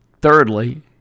Thirdly